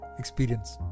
experience